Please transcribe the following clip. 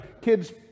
kids